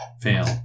Fail